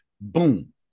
Boom